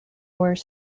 were